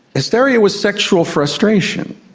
hysteria was sexual frustration.